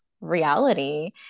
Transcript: reality